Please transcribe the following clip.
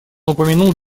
упомянул